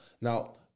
Now